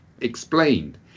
explained